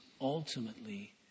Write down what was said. ultimately